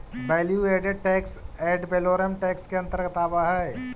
value added tax ad valorem tax के अंतर्गत आवऽ हई